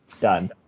done